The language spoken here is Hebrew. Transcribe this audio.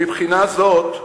מבחינה זאת,